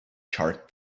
chart